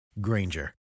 Granger